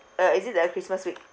uh is it the christmas week